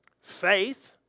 faith